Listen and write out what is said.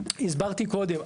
הסברתי קודם,